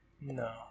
No